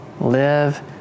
Live